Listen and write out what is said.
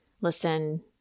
listen